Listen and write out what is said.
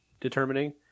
determining